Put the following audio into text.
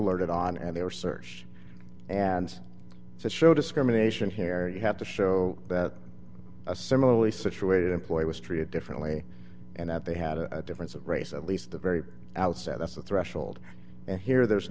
alerted on and they were search and to show discrimination here you have to show that a similarly situated employee was treated differently and that they had a difference of race at least the very outset that's the threshold and here there's